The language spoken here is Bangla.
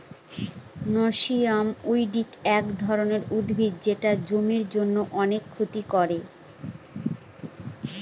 নক্সিয়াস উইড এক ধরনের উদ্ভিদ যেটা জমির জন্য অনেক ক্ষতি করে